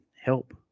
help